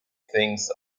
things